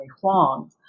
Huang